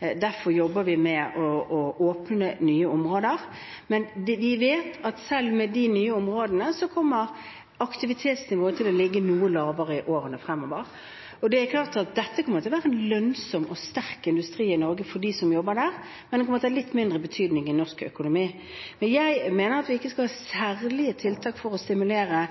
Derfor jobber vi med å åpne nye områder. Men vi vet at selv med de nye områdene kommer aktivitetsnivået til å ligge noe lavere i årene fremover. Det er klart at dette kommer til å være en lønnsom og sterk industri i Norge for dem som jobber der, men den kommer til å ha litt mindre betydning i norsk økonomi. Jeg mener at vi ikke skal ha særlige tiltak for å stimulere